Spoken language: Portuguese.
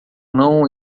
não